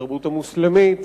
ובתרבות המוסלמית